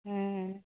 हँ